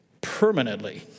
permanently